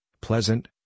pleasant